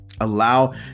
allow